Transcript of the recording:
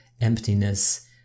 emptiness